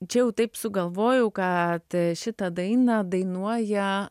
čia jau taip sugalvojau kad šitą dainą dainuoja